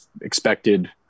expected